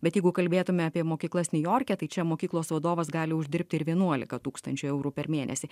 bet jeigu kalbėtume apie mokyklas niujorke tai čia mokyklos vadovas gali uždirbti ir vienuolika tūkstančių eurų per mėnesį